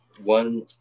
One